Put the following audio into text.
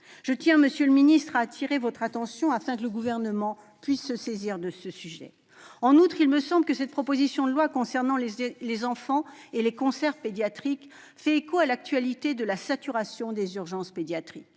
Je tiens, monsieur le secrétaire d'État, à appeler votre attention sur ce sujet, afin que le Gouvernement puisse s'en saisir. En outre, il me semble que cette proposition de loi concernant les enfants et les cancers pédiatriques fait écho à l'actualité de la saturation des urgences pédiatriques.